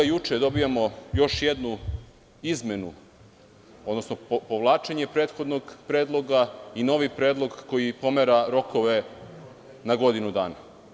Juče dobijamo još jednu izmenu odnosno povlačenje prethodnog predloga i novi predlog koji pomera rokove na godinu dana.